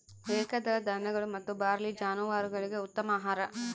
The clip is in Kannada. ಏಕದಳ ಧಾನ್ಯಗಳು ಮತ್ತು ಬಾರ್ಲಿ ಜಾನುವಾರುಗುಳ್ಗೆ ಉತ್ತಮ ಆಹಾರ